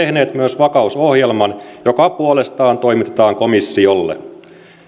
tehneet myös vakausohjelman joka puolestaan toimitetaan komissiolle